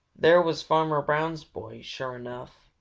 there was farmer brown's boy, sure enough,